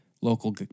local